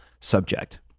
subject